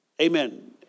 Amen